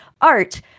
art